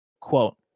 quote